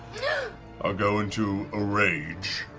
yeah ah go into a rage,